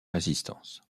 résistance